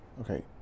Okay